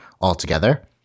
altogether